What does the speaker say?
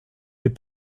des